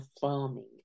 farming